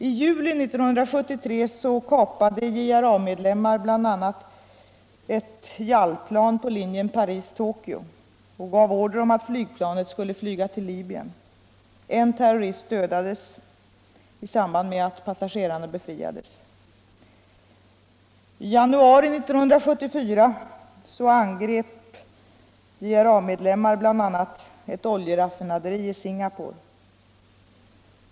I juli 1973 kapade JRA-medlemmar bl.a. ett JAL-plan på linjen Paris-Tokyo och gav order om att flygplanet skulle flyga till Libyen. En terrorist dödades i samband med att passagerarna befriades. I januari 1974 angrep JRA-medlemmar ett oljeraffinaderi i Singapore.